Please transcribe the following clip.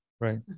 Right